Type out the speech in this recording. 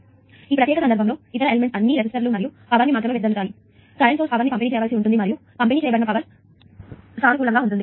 కాబట్టి ఈ ప్రత్యేక సందర్భంలో ఇతర ఎలెమెంట్స్ అన్ని రెసిస్టర్లు ఇవి పవర్ ని మాత్రమే వెదజల్లుతుంది కాబట్టి కరెంట్ సోర్స్ పవర్ ని పంపిణీ చేయవలసి ఉంటుంది మరియు పంపిణీ చేయబడిన పవర్ సానుకూలంగా ఉంటుంది